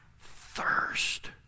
thirst